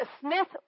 Smith